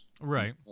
right